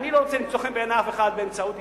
אני לא רוצה למצוא חן בעיני אף אחד באמצעות התחנפות.